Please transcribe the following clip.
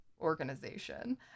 organization